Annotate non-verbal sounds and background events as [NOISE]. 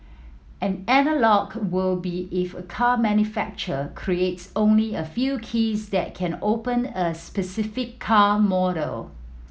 an [UNINTELLIGIBLE] will be if a car manufacturer creates only a few keys that can open a specific car model